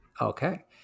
Okay